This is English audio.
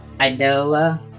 Idola